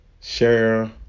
Share